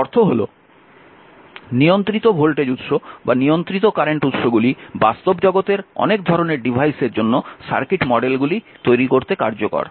এর অর্থ হল নিয়ন্ত্রিত ভোল্টেজ উৎস এবং নিয়ন্ত্রিত কারেন্ট উৎসগুলি বাস্তব জগতের অনেক ধরণের ডিভাইসের জন্য সার্কিট মডেলগুলি তৈরি করতে কার্যকর